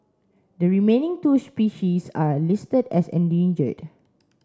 the remaining two species are listed as endangered